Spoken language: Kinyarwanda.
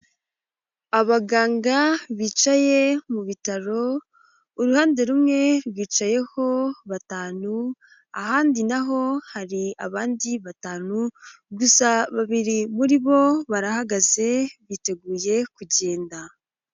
Abaganga bicaye mu bitaro, uruhande rumwe rwicayeho batanu, ahandi na ho hari abandi batanu, gusa babiri muri bo barahagaze, biteguye kugenda.